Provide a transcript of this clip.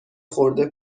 خورده